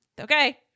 Okay